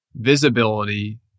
visibility